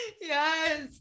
Yes